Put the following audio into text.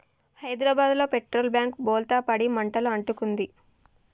హైదరాబాదులో petrol tank బోల్తా పడి మంటలు అంటుకుంది